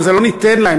וזה לא "ניתן להן",